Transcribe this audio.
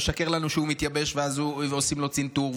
משקר לנו שהוא מתייבש ועושים לו צנתור,